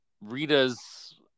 Rita's